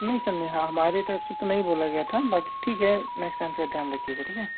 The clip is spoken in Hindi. नहीं समझे हाँ हमारे तरफ से तो नहीं बोला गया था बाक़ी ठीक है नेक्स्ट टाइम से ध्यान रखिएगा ठीक है